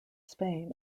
spain